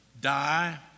die